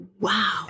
wow